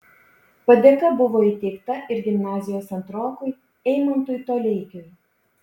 padėka buvo įteikta ir gimnazijos antrokui eimantui toleikiui